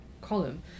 column